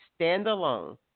standalone